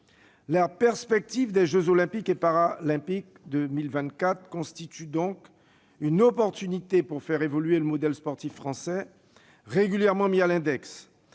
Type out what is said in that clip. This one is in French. La perspective des jeux Olympiques et Paralympiques de 2024 est donc une chance à saisir pour faire évoluer le modèle sportif français, régulièrement mis à l'index.